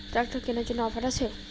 Tractor কেনার জন্য offer আছে?